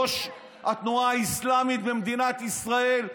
ראש התנועה האסלאמית במדינת ישראל,